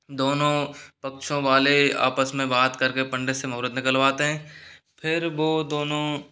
दोनो पक्षों वाले आपस में बात करके पंडित से मुहूर्त निकलवाते हैं फिर वो दोनों